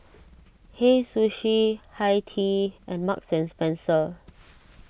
Hei Sushi Hi Tea and Marks and Spencer